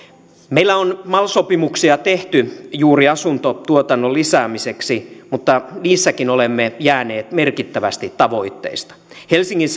meillä on mal sopimuksia tehty juuri asuntotuotannon lisäämiseksi mutta niissäkin olemme jääneet merkittävästi tavoitteista helsingin